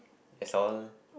is all